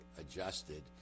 adjusted